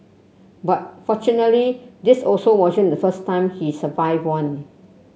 but fortunately this also wasn't the first time he survived one